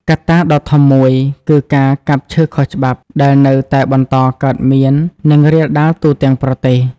កត្តាដ៏ធំមួយគឺ ការកាប់ឈើខុសច្បាប់ ដែលនៅតែបន្តកើតមាន និងរាលដាលទូទាំងប្រទេស។